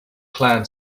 clan